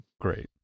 great